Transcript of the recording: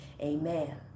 Amen